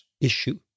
issue